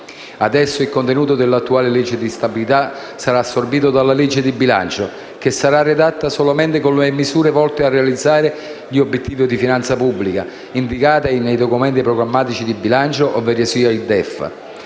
Adesso il contenuto dell'attuale legge di stabilità sarà assorbito dalla legge di bilancio, che sarà redatta solamente con le misure volte a realizzare gli obiettivi di finanza pubblica indicati nei documenti programmatici di bilancio, ovverosia il DEF